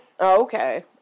Okay